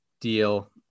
deal